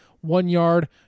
one-yard